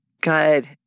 Good